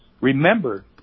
remember